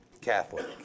Catholic